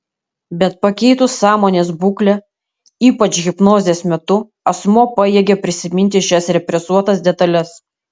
bet pakeitus sąmonės būklę ypač hipnozės metu asmuo pajėgia prisiminti šias represuotas detales